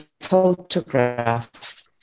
photograph